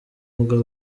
mugabo